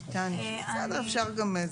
בסדר, אפשר גם.